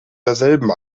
derselben